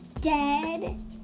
dead